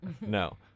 No